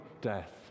death